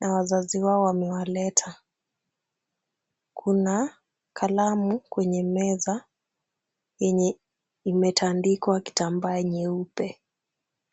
na wazazi wao wamewaleta. Kuna kalamu kwenye meza yenye imetandikwa kitambaa nyeupe.